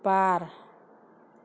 बार